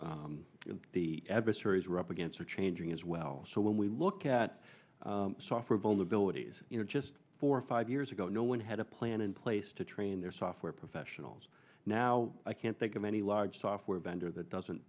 are the adversaries we're up against are changing as well so when we look at software vulnerabilities you know just four or five years ago no one had a plan in place to train their software professionals now i can't think of any large software vendor that doesn't